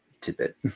tidbit